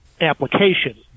application